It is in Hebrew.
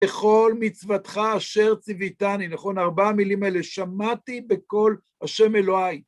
‫בכל מצוותך אשר ציוויתני, נכון? ‫ארבע המילים אלה, שמעתי בקול השם אלוהי.